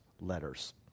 letters